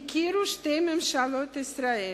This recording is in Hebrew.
הכירו שתי ממשלות ישראל,